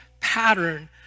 pattern